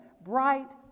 bright